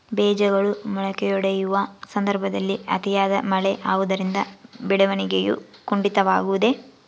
ಬೇಜಗಳು ಮೊಳಕೆಯೊಡೆಯುವ ಸಂದರ್ಭದಲ್ಲಿ ಅತಿಯಾದ ಮಳೆ ಆಗುವುದರಿಂದ ಬೆಳವಣಿಗೆಯು ಕುಂಠಿತವಾಗುವುದೆ?